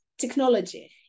technology